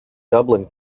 dublin